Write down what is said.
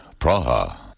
Praha